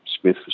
Smith